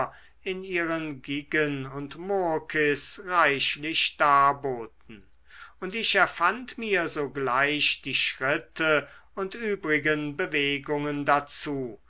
in ihren giguen und murkis reichlich darboten und ich erfand mir sogleich die schritte und übrigen bewegungen dazu